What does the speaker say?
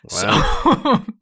Wow